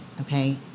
okay